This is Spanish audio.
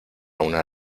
una